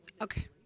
Okay